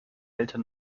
eltern